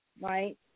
right